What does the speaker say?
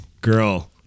Girl